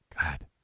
God